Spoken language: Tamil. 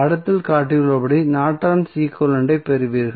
படத்தில் காட்டப்பட்டுள்ளபடி நார்டன்ஸ் ஈக்வலன்ட் ஐ பெறுவீர்கள்